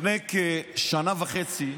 לפני כשנה וחצי,